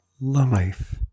life